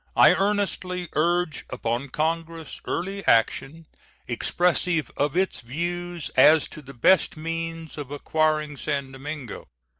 i earnestly urge upon congress early action expressive of its views as to the best means of acquiring san domingo.